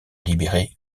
libérer